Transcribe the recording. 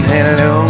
Hello